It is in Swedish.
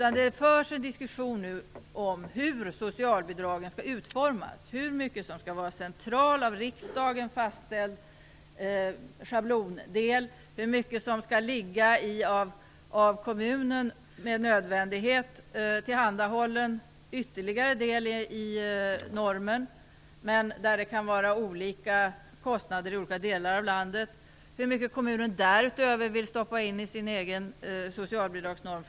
Nu förs det en diskussion om hur socialbidragen skall utformas. Hur mycket skall vara en central av riksdagen fastställd schablondel? Hur mycket skall vara en av kommunen med nödvändighet tillhandahållen ytterligare del i normen? Och där kan det handla om olika kostnader i olika delar av landet. Hur mycket vill kommunen därutöver stoppa in i sin egen socialbidragsnorm?